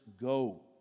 go